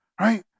right